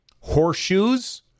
horseshoes